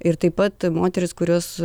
ir taip pat moterys kurios